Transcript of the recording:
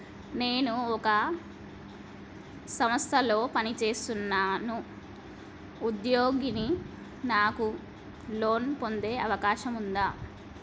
నేను ఒక సంస్థలో పనిచేస్తున్న ఉద్యోగిని నాకు లోను పొందే అవకాశం ఉందా?